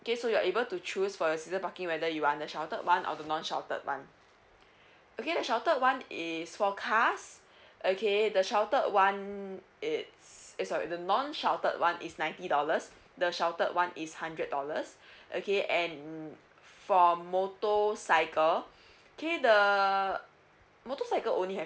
K so you're able to choose for your season parking whether you want the sheltered one or the non sheltered one okay the sheltered one is for cars okay the sheltered one it's eh sorry the non sheltered one is ninety dollars the sheltered one is hundred dollars okay and for motorcycle K the motorcycle only have